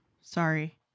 Sorry